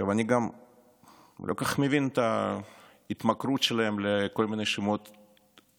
אני גם לא כל כך מבין את ההתמכרות שלהם לכל מיני שמות מפוצצים.